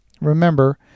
remember